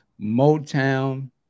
Motown